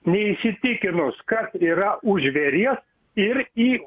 neįsitikinus kas yra už žvėries ir į